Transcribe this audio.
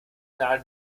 nadel